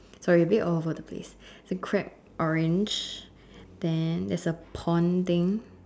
sorry a bit all over the place the crab orange then there's a pond thing